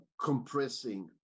compressing